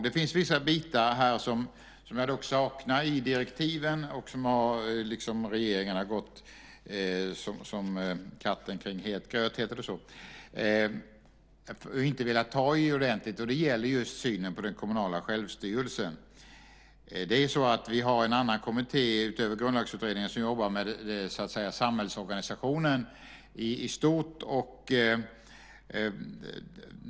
Det finns vissa bitar som jag dock saknar i direktiven och där regeringen har gått som katten kring het gröt och inte velat ta i ordentligt. Det gäller just synen på den kommunala självstyrelsen. Vi har en annan kommitté, utöver Grundlagsutredningen, som jobbar med samhällsorganisationen i stort.